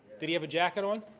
did he have a jacket on?